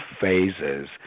phases